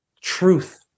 truth